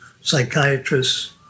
psychiatrists